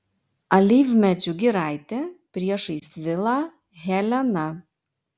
alyvmedžių giraitė priešais vilą helena